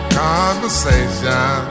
conversation